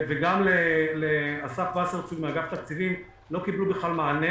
וגם לאסף מאגף תקציבים לא קיבלו מענה.